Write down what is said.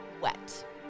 wet